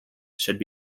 should